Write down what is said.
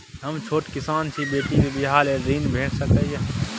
हम छोट किसान छी, बेटी के बियाह लेल ऋण भेट सकै ये?